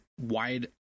wide